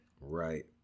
Right